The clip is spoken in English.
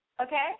Okay